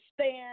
stand